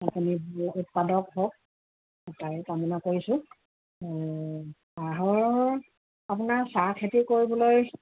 আপুনি উৎপাদক হওক তাৰে কামনা কৰিছোঁ চাহৰ আপোনাৰ চাহ খেতি কৰিবলৈ